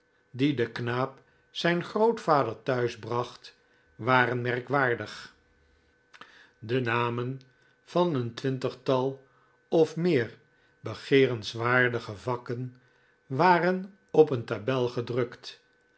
die de knaap zijn grootvader thuis bracht waren merkwaardig de namen van een twintigtal of meer begeerenswaardige vakken waren op een tabel gedrukt